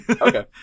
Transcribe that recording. okay